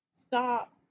Stop